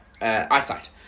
eyesight